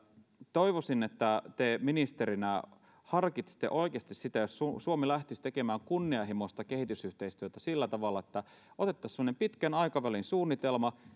toivoisin että te ministerinä harkitsette oikeasti sitä että suomi lähtisi tekemään kunnianhimoista kehitysyhteistyötä sillä tavalla että otettaisiin semmoinen pitkän aikavälin suunnitelma ja